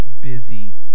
busy